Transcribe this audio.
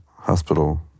hospital